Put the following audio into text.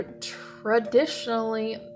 traditionally